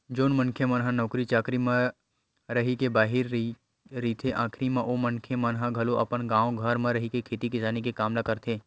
जउन मनखे मन ह नौकरी चाकरी म रहिके बाहिर रहिथे आखरी म ओ मनखे मन ह घलो अपन गाँव घर म रहिके खेती किसानी के काम ल करथे